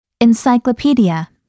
Encyclopedia